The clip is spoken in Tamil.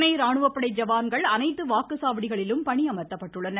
துணை ராணுவப்படை ஜவான்கள் அனைத்து வாக்குச் சாவடிகளிலும் பணி அமர்த்தப்பட்டுள்ளனர்